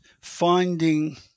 finding